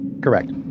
Correct